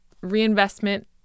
reinvestment